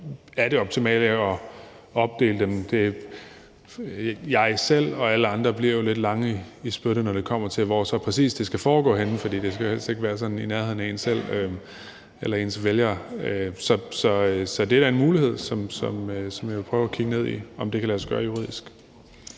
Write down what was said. er det optimale jo at opdele dem. Jeg selv og alle andre bliver jo lidt lange i spyttet, når det kommer til, hvor det så præcis skal foregå henne, for det skal jo helst ikke være i nærheden af en selv eller ens vælgere. Så det er da en mulighed, som jeg vil prøve at kigge ned i, altså om det kan lade sig gøre juridisk.